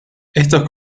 estos